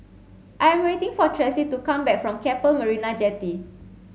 I am waiting for Tressie to come back from Keppel Marina Jetty